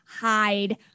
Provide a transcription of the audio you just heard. hide